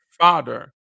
Father